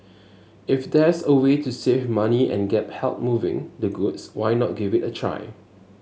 if there's a way to save money and get help moving the goods why not give it a try